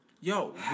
Yo